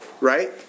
Right